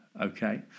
Okay